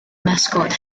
mascot